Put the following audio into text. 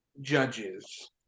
Judges